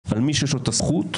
על מי שיש לו את הסמכות,